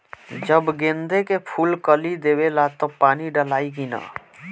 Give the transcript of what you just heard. जब गेंदे के फुल कली देवेला तब पानी डालाई कि न?